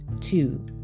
Two